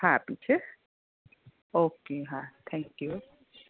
હા છે ઓકે હા થેંક્યું